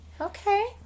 Okay